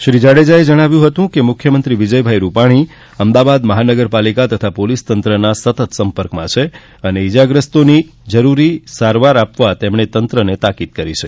શ્રી જાડેજાએ જણાવ્યું હતું કે મુખ્યમંત્રીશ્રી વિજયભાઈ રૂપાણી અમદાવાદ મહાનગરપાલિકા તથા પોલીસ તંત્રના સતત સંપર્કમાં છે અને ઈજાગ્રસ્ત લોકોને જરૂરી તમામ સારવાર આપવા તંત્રને તાકીદ કરી છે